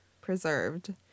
preserved